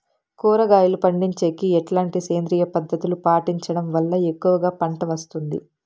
కూరగాయలు పండించేకి ఎట్లాంటి సేంద్రియ పద్ధతులు పాటించడం వల్ల ఎక్కువగా పంట వస్తుంది?